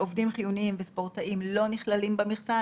חיוניים,